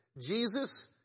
Jesus